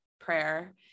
prayer